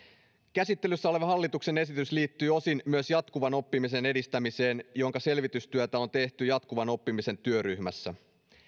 käsittelyssä oleva hallituksen esitys liittyy osin myös jatkuvan oppimisen edistämiseen jonka selvitystyötä on tehty jatkuvan oppimisen työryhmässä